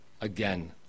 again